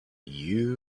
you